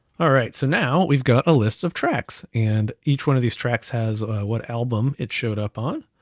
alright, so now we've got a list of tracks, and each one of these tracks has what album it showed up on.